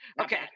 Okay